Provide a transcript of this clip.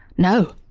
no,